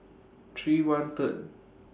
three one Third